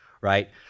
right